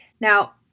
Now